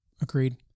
Agreed